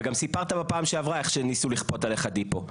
וגם סיפרת בפעם שעברה על איך שניסו לכפות עליך דיפו.